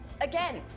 again